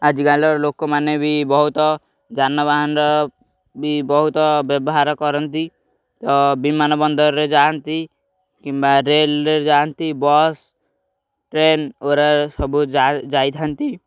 ଆଜିକାଲିର ଲୋକମାନେ ବି ବହୁତ ଯାନବାହନ ବି ବହୁତ ବ୍ୟବହାର କରନ୍ତି ତ ବିମାନ ବନ୍ଦରରେ ଯାଆନ୍ତି କିମ୍ବା ରେଲରେ ଯାଆନ୍ତି ବସ୍ ଟ୍ରେନ୍ ସବୁ ଯାଇଥାନ୍ତି